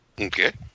Okay